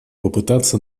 попытаться